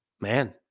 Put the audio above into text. man